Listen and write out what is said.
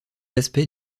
aspects